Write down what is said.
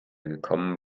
gekommen